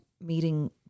meeting